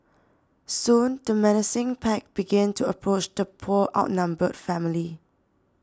soon the menacing pack began to approach the poor outnumbered family